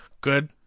good